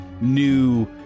new